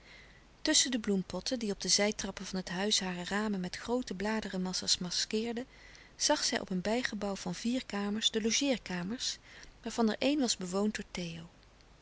tusschen de bloempotten die op de zijtraplouis couperus de stille kracht pen van het huis hare ramen met groote bladerenmassa's maskeerden zag zij op een bijgebouw van vier kamers de logeerkamers waarvan er een was bewoond door theo